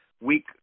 week